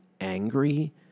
angry